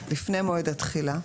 לפני מועד התחילה,